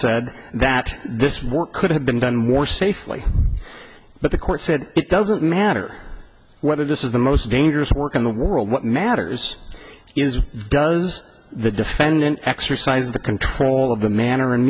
said that this work could have been done more safely but the court said it doesn't matter whether this is the most dangerous work in the world what matters is does the defendant exercise the control of the manner and